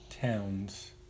towns